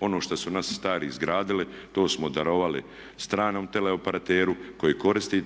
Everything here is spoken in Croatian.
ono što su naši stari izgradili to smo darovali stranom tele operateru koji koristi